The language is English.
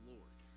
Lord